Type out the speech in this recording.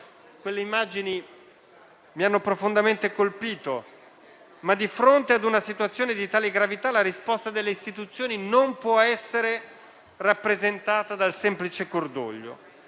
Quelle immagini mi hanno profondamente colpito, ma di fronte a una situazione di tale gravità la risposta delle istituzioni non può essere rappresentata dal semplice cordoglio.